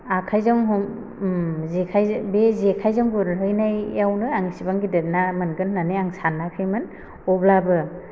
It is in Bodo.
आखाइजों हम जेखाइ बे जेखाइजों गुरहैनायावनो आं एसेबां गेदेर ना मोनगोन होन्नानै आं सानाखैमोन अब्लाबो